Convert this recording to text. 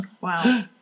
Wow